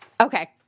okay